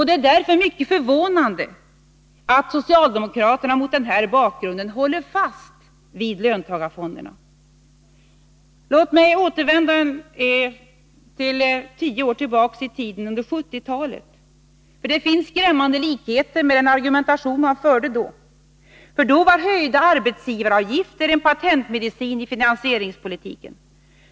Det är därför mycket förvånande att socialdemokraterna mot denna bakgrund håller fast vid löntagarfonder Låt mig återvända tio år tillbaka i tiden till 1970-talet. Det finns skrämmande likheter med den argumentation man förde då. Då var höjda arbetsgivaravgifter en patentmedicin i finansieringspolitiken.